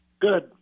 Good